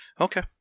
Okay